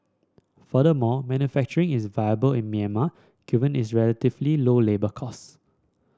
furthermore manufacturing is viable in Myanmar given its relatively low labour cost